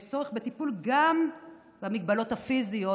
יש צורך בטיפול גם במגבלות הפיזיות,